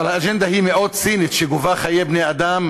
אבל האג'נדה היא מאוד צינית, שגובה חיי בני-אדם,